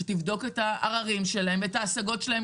שתבדוק את העררים שלהם ואת ההשגות שלהם,